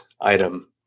item